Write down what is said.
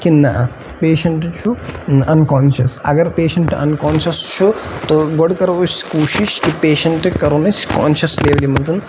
کِنہٕ نہ پیشنٹ چھُ اَنکونشیٚس اَگَر پیشنٹ اَنکونشیٚس چھُ تہٕ گۄڈٕ کَرَو أسۍ کوٗشِش کہِ پیشنٹ کَرون أسۍ کونشیٚس لیولہِ مَنٛز